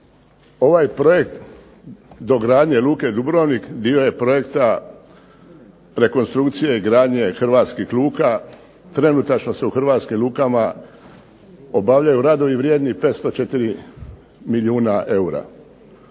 Ovaj projekt dogradnje luke Dubrovnik dio je projekta rekonstrukcije i gradnje hrvatskih luka. Trenutačno se u hrvatskim lukama obavljaju radovi vrijedni 504 milijuna eura.